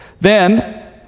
Then